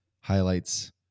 highlights